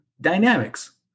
dynamics